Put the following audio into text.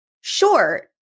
short